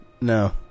No